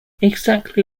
exactly